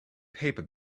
paper